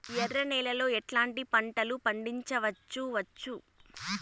ఎర్ర నేలలో ఎట్లాంటి పంట లు పండించవచ్చు వచ్చు?